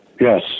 Yes